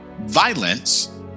Violence